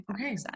okay